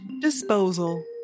disposal